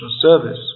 service